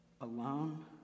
alone